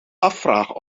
afvragen